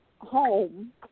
home